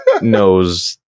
knows